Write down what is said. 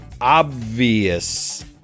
obvious